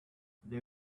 they